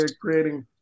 creating